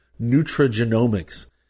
nutrigenomics